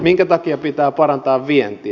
minkä takia pitää parantaa vientiä